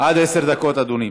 עד עשר דקות, אדוני.